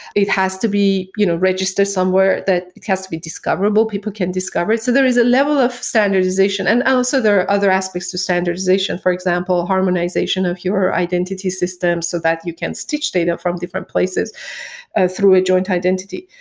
it has to be you know registered somewhere. it has to be discoverable. people can discover it. so there is a level of standardization. and also, there are other aspects to standardization. for example, harmonization of your identity systems so that you can stitch data from different places ah through a joint identity.